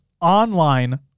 online